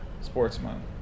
sportsman